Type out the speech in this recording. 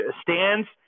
stands